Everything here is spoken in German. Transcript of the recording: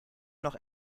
noch